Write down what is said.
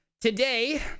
Today